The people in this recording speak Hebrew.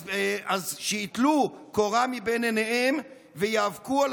אז שייטלו קורה מבין עיניהם וייאבקו על